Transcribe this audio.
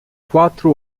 quatro